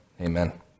Amen